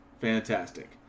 Fantastic